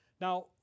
Now